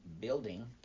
building